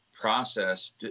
process